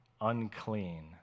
unclean